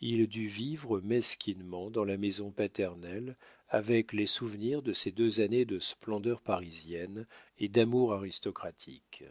il dut vivre mesquinement dans la maison paternelle avec les souvenirs de ses deux années de splendeur parisienne et d'amour aristocratique